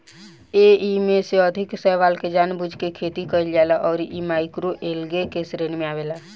एईमे से अधिकांश शैवाल के जानबूझ के खेती कईल जाला अउरी इ माइक्रोएल्गे के श्रेणी में आवेला